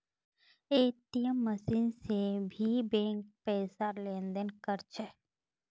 ATM machine से भी bank पैसार लेन देन कर छे